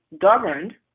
governed